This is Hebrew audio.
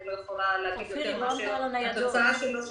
ולכן אני לא יכולה להגיד יותר מהתוצאה שלו,